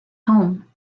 home